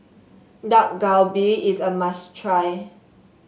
Dak Galbi is a must try